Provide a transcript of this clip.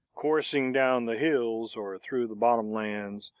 coursing down the hills or through the bottom lands,